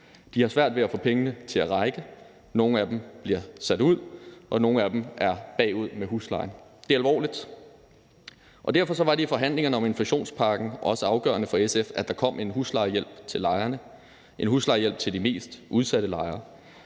De har svært ved at få pengene til at række, nogle af dem bliver sat ud, og nogle af dem er bagud med huslejen. Det er alvorligt. Og derfor var det i forhandlingerne om inflationspakken også afgørende for SF, at der kom en huslejehjælp til lejerne – en